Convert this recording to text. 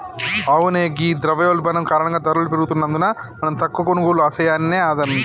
అవునే ఘీ ద్రవయోల్బణం కారణంగా ధరలు పెరుగుతున్నందున మనం తక్కువ కొనుగోళ్లు సెయాన్నే అందరూ